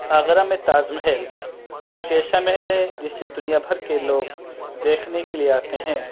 آگرہ میں تاج محل یہ ایک ایسا محل ہے جس سے دنیا بھر کے لوگ دیکھنے کے لیے آتے ہیں